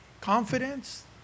confidence